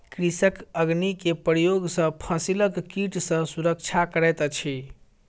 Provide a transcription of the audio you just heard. कृषक अग्नि के प्रयोग सॅ फसिलक कीट सॅ सुरक्षा करैत अछि